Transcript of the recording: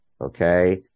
Okay